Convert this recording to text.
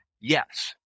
yes